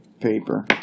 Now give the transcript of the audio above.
paper